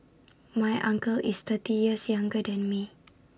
my uncle is thirty years younger than me